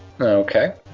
Okay